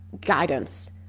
guidance